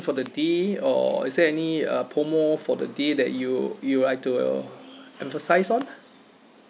for the day or is there any uh promo for the day that you you like to emphasise on